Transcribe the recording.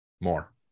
More